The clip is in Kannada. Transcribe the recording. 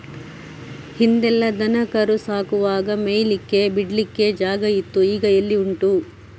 ಹಿಂದೆಲ್ಲ ದನ ಕರು ಸಾಕುವಾಗ ಮೇಯ್ಲಿಕ್ಕೆ ಬಿಡ್ಲಿಕ್ಕೆ ಜಾಗ ಇತ್ತು ಈಗ ಎಲ್ಲಿ ಉಂಟು